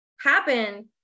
happen